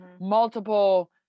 multiple